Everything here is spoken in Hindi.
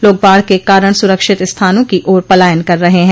लोग बाढ़ के कारण सुरक्षित स्थानों की ओर पलायन कर रहे हैं